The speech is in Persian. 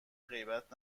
غیبت